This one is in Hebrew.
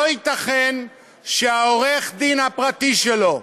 לא ייתכן שעורך-הדין הפרטי שלו,